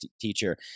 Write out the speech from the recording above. teacher